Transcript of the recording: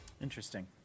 Interesting